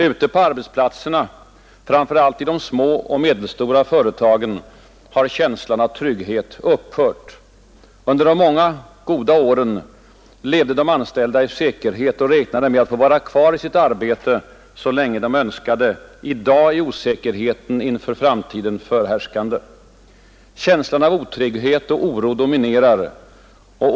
Ute på arbetsplatserna, framför allt i de små och medelstora företagen, har känslan av trygghet upphört. Under de många goda åren levde de anställda i säkerhet och räknade med att få vara kvar i sitt arbete så länge de önskade. I dag är osäkerheten inför framtiden förhärskande. Känslan av otrygghet och oro dominerar.